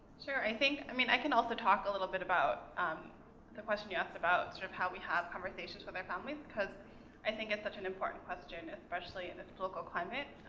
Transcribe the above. sure, i think, i mean, i can also talk a little bit about um the question you asked about, sort of how we have conversations with our families, cause i think it's such an important question, especially in this political climate.